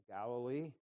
Galilee